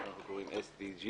מה שאנחנו קוראים SDGs,